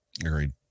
Agreed